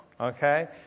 okay